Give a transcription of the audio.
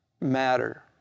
matter